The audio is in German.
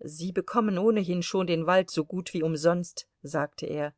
sie bekommen ohnehin schon den wald so gut wie umsonst sagte er